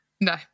No